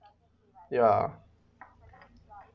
ya